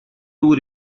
two